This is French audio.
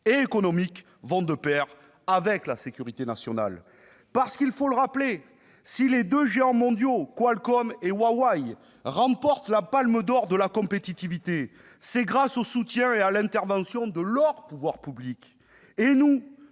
et économiques vont de pair avec sécurité nationale. Il faut le rappeler, si les deux géants mondiaux Qualcomm et Huawei remportent la palme d'or en matière de compétitivité, c'est grâce au soutien et à l'intervention de leurs pouvoirs publics. Et nous,